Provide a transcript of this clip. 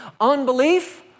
Unbelief